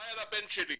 הלוואי על הבן שלי.